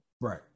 Right